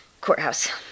courthouse